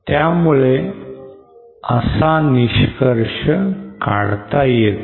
त्यामुळे असा निष्कर्ष काढता येतो